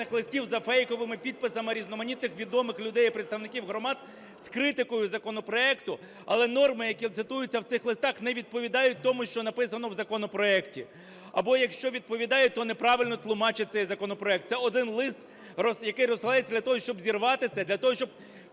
листів за фейковими підписами різноманітних відомих людей і представників громад з критикою законопроекту. Але норми, які цитуються в цих листах, не відповідають тому, що написано в законопроекті, або якщо відповідають, то неправильно тлумачать цей законопроект. Це один лист, який розсилається для того, щоб зірвати це, для того, щоб